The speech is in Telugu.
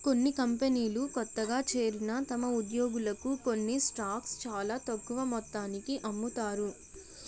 కొన్ని కంపెనీలు కొత్తగా చేరిన తమ ఉద్యోగులకు కొన్ని స్టాక్స్ చాలా తక్కువ మొత్తానికి అమ్ముతారు